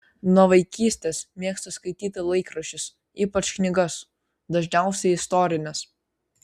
nuo vaikystės mėgsta skaityti laikraščius ypač knygas dažniausiai istorines